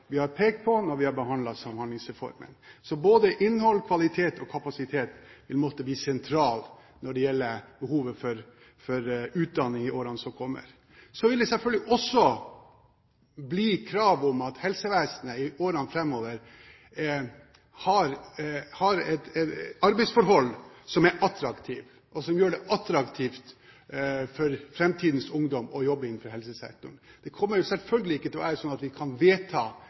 vi har pekt på når vi har behandlet Samhandlingsreformen. Så både innhold, kvalitet og kapasitet vil måtte bli sentralt når det gjelder behovet for utdanning i årene som kommer. Så vil det selvfølgelig også bli krav om at helsevesenet i årene framover har et arbeidsforhold som er attraktivt, og som gjør det attraktivt for framtidens ungdom å jobbe innenfor helsesektoren. Det kommer selvfølgelig ikke til å være sånn at vi kan vedta